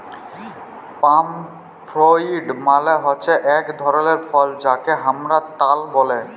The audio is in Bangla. পাম ফ্রুইট মালে হচ্যে এক ধরলের ফল যাকে হামরা তাল ব্যলে